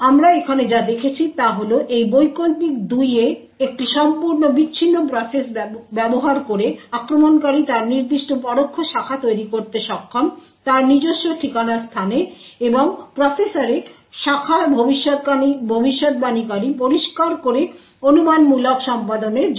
আমরা এখানে যা দেখেছি তা হল এই বৈকল্পিক 2 এ একটি সম্পূর্ণ বিচ্ছিন্ন প্রসেস ব্যবহার করে আক্রমণকারী তার নির্দিষ্ট পরোক্ষ শাখা তৈরি করতে সক্ষম তার নিজস্ব ঠিকানা স্থানে এবং প্রসেসরে শাখা ভবিষ্যদ্বাণীকারী পরিষ্কার করে অনুমানমূলক সম্পাদনের জন্য